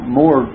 more